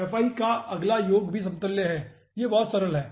fi का अगला योग भी समतुल्य है यह बहुत सरल है